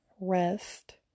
rest